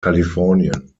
kalifornien